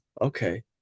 okay